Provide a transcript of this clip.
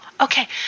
Okay